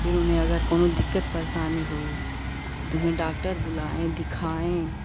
फिर उन्हें अगर कोनो दिक्कत परेशानी होय तो उन्हें डॉक्टर बुलाएँ दिखाएँ